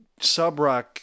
Subrock